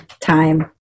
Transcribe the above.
time